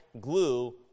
glue